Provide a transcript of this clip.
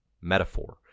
metaphor